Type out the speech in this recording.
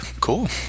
Cool